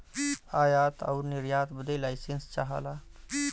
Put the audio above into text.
आयात आउर निर्यात बदे लाइसेंस चाहला